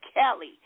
Kelly